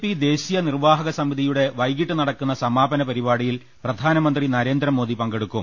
P ദേശീയ നിർവ്വാഹക സമിതിയുടെ വൈകീട്ട് നടക്കുന്ന സമാപന പരിപാടിയിൽ പ്രധാനമന്ത്രി നരേന്ദ്രമോദി പങ്കെടുക്കും